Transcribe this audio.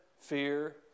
fear